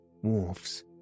wharfs